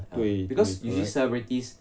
对对 correct